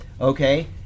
okay